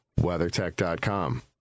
WeatherTech.com